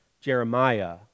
Jeremiah